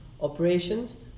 operations